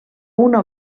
una